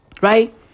Right